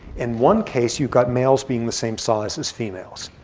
in one case, you've got males being the same size as females.